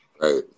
Right